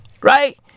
right